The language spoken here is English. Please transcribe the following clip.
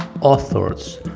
authors